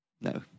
No